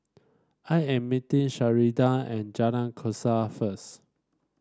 I am meeting Sheridan at Jalan Kasau first